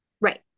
Right